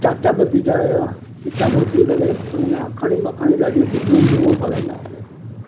चाचा भतीजा हुआ किताबु वठी करे हुन में आखाणियूं ॿाखाणियूं ॾाढियूं सुठियूं हूंदियूं हुयूं उहो पढंदा हुआसीं